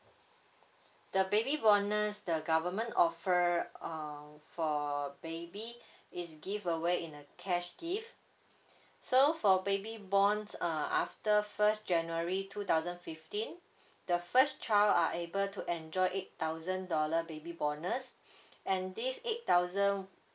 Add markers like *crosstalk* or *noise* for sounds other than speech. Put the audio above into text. the baby bonus the government offer um for baby is giveaway in a cash gift so for baby born uh after first january two thousand fifteen the first child are able to enjoy eight thousand dollar baby bonus *breath* and this eight thousand